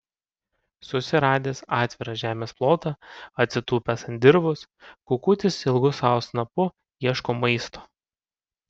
susiradęs atvirą žemės plotą atsitūpęs ant dirvos kukutis ilgu savo snapu ieško maisto